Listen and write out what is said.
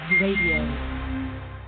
Radio